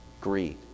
greed